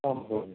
आं भवति